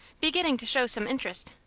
beginning to show some interest.